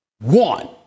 one